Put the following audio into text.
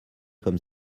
comme